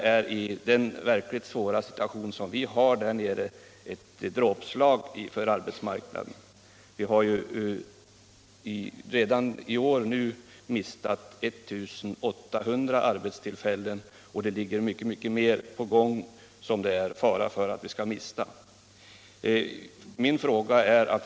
Den verkligt svåra situation vari vi befinner oss därnere är ett dråpslag för arbetsmarknaden. Vi har redan i år mist 1 800 arbetstillfällen, och det är fara för att vi mister mycket mer genom vad som nu är på gång.